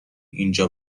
اینجا